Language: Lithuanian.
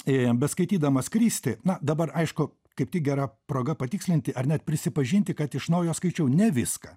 beskaitydamas kristi na dabar aišku kaip tik gera proga patikslinti ar net prisipažinti kad iš naujo skaičiau ne viską